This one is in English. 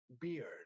beard